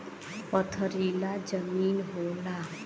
पथरीला जमीन होला